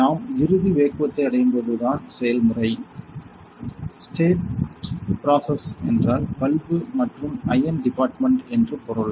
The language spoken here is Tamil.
நாம் இறுதி வேக்குவத்தை அடையும் போது தான் செயல்முறை ஸ்டேட் ப்ரோஸ்ஸ்ஸ் என்றால் பல்பு மற்றும் அயர்ன் டிபார்ட்மென்ட் என்று பொருள்